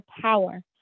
power